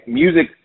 music